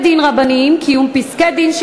שגם היא הוצמדה,